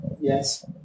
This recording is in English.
Yes